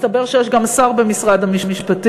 מסתבר שיש גם שר במשרד המשפטים.